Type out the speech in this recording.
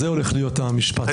זה הולך להיות המשפט,